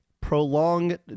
prolonged